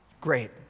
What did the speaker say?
Great